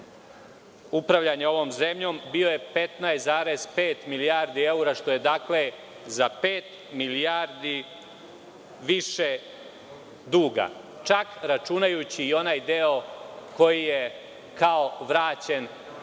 upravljanje ovom zemljom, bio je 15,5 milijardi evra, što je, dakle, za pet milijardi više duga, čak računajući i onaj deo koji je kao vraćen